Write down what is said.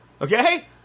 Okay